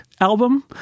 album